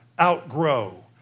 outgrow